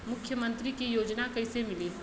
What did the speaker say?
मुख्यमंत्री के योजना कइसे मिली?